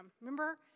Remember